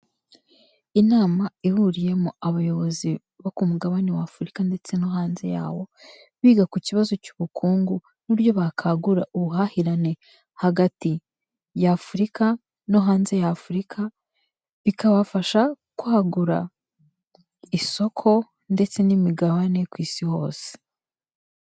Anama ihuriyemo abayobozi bo ku mugabane wa Afurika ndetse no hanze yawo, biga ku kibazo cy'ubukungu n'uburyo bakangura ubuhahirane. hagati ya Afurika no hanze ya Afurika, bikabafasha kwagura isoko ndetse n'imigabane ku Isi hose.